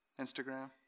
Instagram